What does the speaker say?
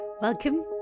Welcome